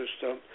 system